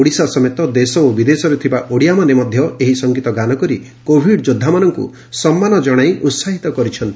ଓଡ଼ିଶା ସମେତ ଦେଶ ଓ ବିଦେଶରେ ଥିବା ଓଡ଼ିଆମାନେ ମଧ ଏହି ସଙ୍ଗୀତ ଗାନ କରି କୋଭିଡ୍ ଯୋବ୍ବାମାନଙ୍କୁ ସଙ୍ଗାନ ଜଶାଇ ଉସାହିତ କରିଛନ୍ତି